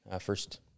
first